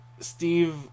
Steve